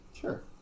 Sure